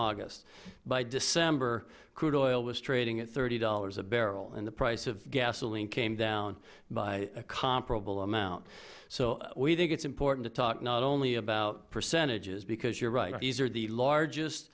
august by december crude oil was trading at thirty dollars a barrel and the price of gasoline came down by a comparable amount so we think it's important to talk not only about percentages because you're right these are the largest